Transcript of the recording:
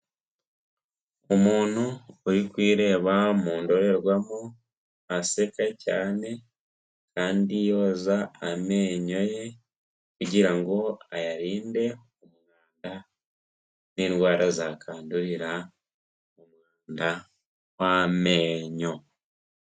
Umuntu uri kwireba mu ndorerwamo aseka cyane, kandi yoza amenyo ye, kugira ngo ayarinde kuba yafatwa n'indwara zakandurira mu mwanda w'amenyo.